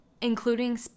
including